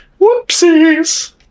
Whoopsies